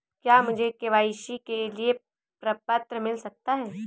क्या मुझे के.वाई.सी के लिए प्रपत्र मिल सकता है?